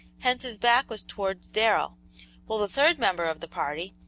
hence his back was towards darrell while the third member of the party,